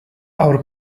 our